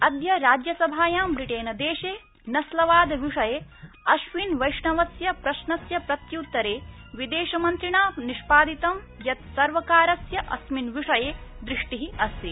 अद्य राज्यसभायां ब्रिटेनदेशे नस्लवाद विषये अश्विन वैष्णवस्य प्रश्नस्य प्रत्युत्तरे तेन निष्पादितं यत् सर्वकारस्य अस्मिन् विषये दृष्टि अस्ति